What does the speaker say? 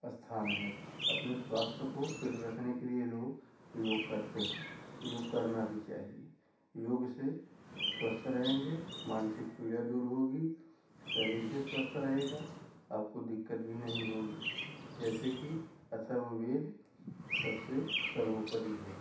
स्थान है अपने स्वास्थ को फिट रखने के लिए लोग योग करते हैं योग करना भी चाहिए योग से स्वस्थ रहेंगे मानसिक पीड़ा दूर होगी शरीर भी स्वस्थ रहेगा आपको दिक्कत भी नहीं होगी जैसे कि अथर्ववेद सबसे सर्वोपरि है